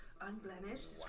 unblemished